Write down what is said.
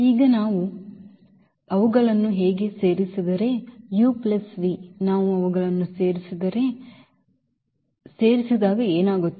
ಈಗ ನಾವು ಅವುಗಳನ್ನು ಹಾಗೆ ಸೇರಿಸಿದರೆ u v ನಾವು ಅವುಗಳನ್ನು ಸೇರಿಸಿದರೆ ನಾವು ಅವುಗಳನ್ನು ಸೇರಿಸಿದಾಗ ಏನಾಗುತ್ತದೆ